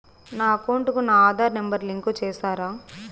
నా అకౌంట్ కు నా ఆధార్ నెంబర్ లింకు చేసారా